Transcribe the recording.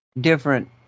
different